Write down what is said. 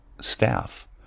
staff